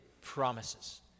promises